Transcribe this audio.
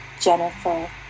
Jennifer